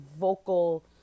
vocal